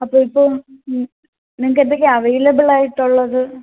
അപ്പോൾ ഇപ്പം നിങ്ങൾക്ക് എന്തൊക്കെയാ അവൈലബിളായിട്ടുള്ളത്